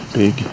big